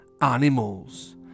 animals